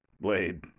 blade